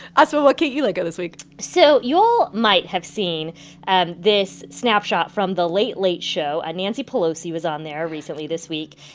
asma, what can't you let go this week? so you all might have seen and this snapshot from the late late show. nancy pelosi was on there recently this week.